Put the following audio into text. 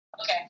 Okay